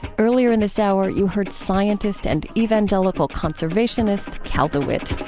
earlier in this hour, you heard scientist and evangelical conservationist cal dewitt